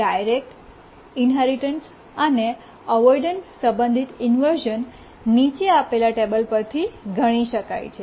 direct inheritance અને avoidance સંબંધિત inversion નીચે આપેલા ટેબલ પરથી ગણી શકાય છે